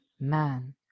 man